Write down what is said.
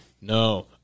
No